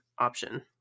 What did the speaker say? option